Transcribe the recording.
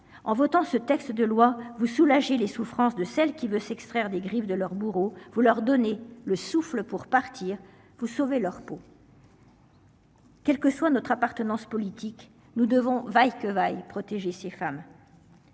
en votant ce texte de loi vous soulager les souffrances de celle qui veut s'extraire des griffes de leurs bourreaux. Vous leur donnez le souffle pour partir vous sauver leur peau. Quel que soit notre appartenance politique nous devons vaille que vaille protéger ces femmes.